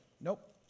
Nope